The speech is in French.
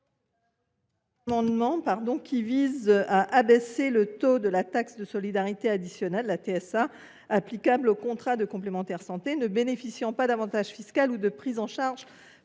vise à abaisser le taux de la taxe de solidarité additionnelle applicable aux contrats de complémentaire santé ne bénéficiant pas d’avantages fiscaux ou d’une prise en charge